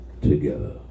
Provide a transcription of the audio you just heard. together